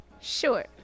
Sure